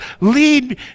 lead